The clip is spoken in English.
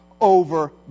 over